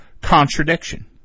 contradiction